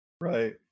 Right